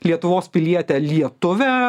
lietuvos pilietę lietuvę